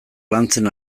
lantzen